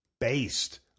based